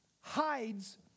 hides